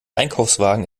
einkaufswagen